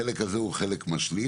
החלק הזה הוא חלק משלים,